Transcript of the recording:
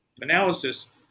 analysis